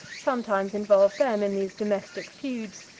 sometimes involved them in these domestic feuds.